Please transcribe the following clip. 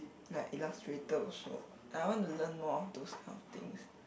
like Illustrator also I want to learn more of those kind of things